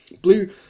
Blue